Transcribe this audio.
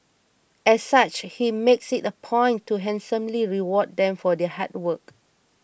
as such he makes it a point to handsomely reward them for their hard work